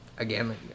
Again